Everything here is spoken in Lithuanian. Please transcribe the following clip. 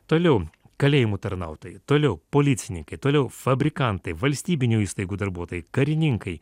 toliau kalėjimų tarnautojai toliau policininkai toliau fabrikantai valstybinių įstaigų darbuotojai karininkai